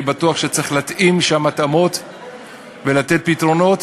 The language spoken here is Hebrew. אני בטוח שצריך להתאים שם התאמות ולתת פתרונות.